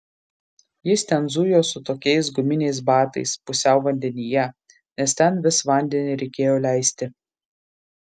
jis ten zujo su tokiais guminiais batais pusiau vandenyje nes ten vis vandenį reikėjo leisti